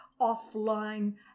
offline